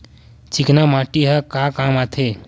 चिकना माटी ह का काम आथे?